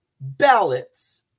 ballots